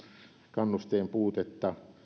kannusteen puutetta